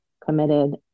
committed